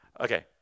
Okay